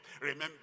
Remember